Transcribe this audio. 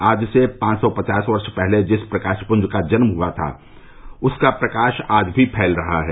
आज से पाँच सौ पचास वर्ष पहले जिस प्रकाश पुंज का जन्म हुआ था उसका प्रकाश आज भी फैल रहा हैं